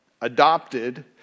adopted